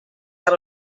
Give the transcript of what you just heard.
out